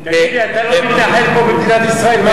אריאל, תגיד לי, אתה לא מתנחל פה במדינת ישראל?